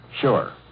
sure